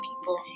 people